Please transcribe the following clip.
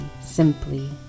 Simply